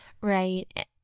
Right